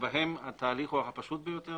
שבהם התהליך הוא הפשוט ביותר.